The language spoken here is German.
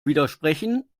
widersprechen